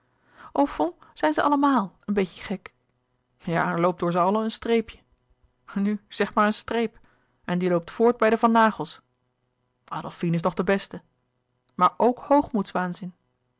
zijn ze allemaal een beetje gek ja er loopt door ze allen een streepje louis couperus de boeken der kleine zielen nu zeg maar een streep en die loopt voort bij de van naghels adolfine is nog de beste maar ook hoogmoedswaanzin